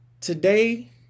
Today